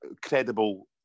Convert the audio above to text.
credible